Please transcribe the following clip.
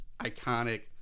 iconic